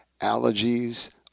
Allergies